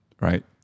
right